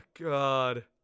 god